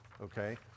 Okay